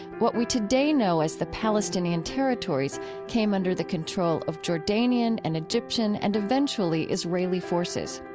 what we today know as the palestinian territories came under the control of jordanian and egyptian and, eventually, israeli forces.